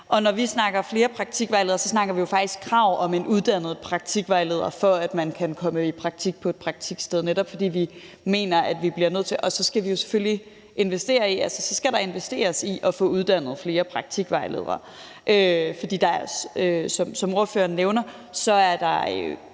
Når vi snakker flere praktikvejledere, snakker vi jo faktisk krav om en uddannet praktikvejleder, for at man kan komme i praktik på et praktiksted. Så skal vi jo selvfølgelig investere i at få uddannet flere praktikvejledere. For som ordføreren nævner, er der